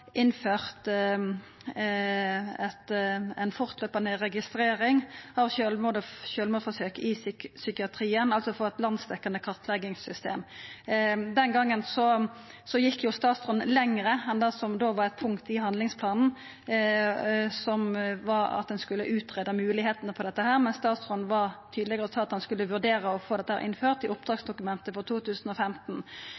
innført ei fortløpande registrering av sjølvmord og sjølvmordsforsøk i psykiatrien, altså få eit landsdekkjande kartleggingssystem. Den gongen gjekk statsråden lenger enn det som var eit punkt i handlingsplanen, som var at ein skulle greia ut moglegheitene for dette. Statsråden var tydeleg og sa at han skulle vurdera å få dette innført i oppdragsdokumentet for 2015. Eg kan ikkje hugsa heilt om han nemnde dette i